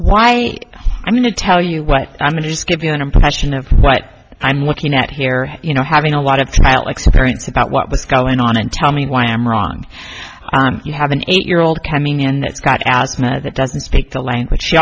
why i'm going to tell you what i'm going to just give you an impression of what i'm looking at here you know having a lot of trial experience about what was going on and tell me why i am wrong you have an eight year old coming and that's got as mad that doesn't speak the language she